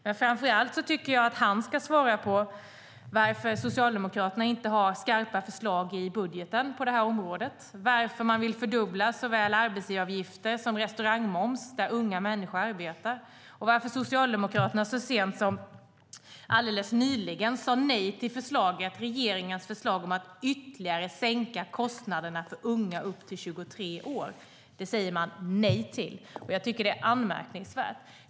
Men framför allt tycker jag att han ska svara på varför Socialdemokraterna inte har några skarpa förslag i budgeten på det här området, varför man vill fördubbla såväl arbetsgivaravgifter som restaurangmoms, på platser där unga människor arbetar, och varför Socialdemokraterna alldeles nyligen sade nej till regeringens förslag om att ytterligare sänka kostnaderna för unga upp till 23 år. Det säger man nej till, och det tycker jag är anmärkningsvärt.